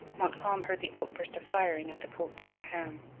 montcalm heard the outburst of firing at the cote d'abraham.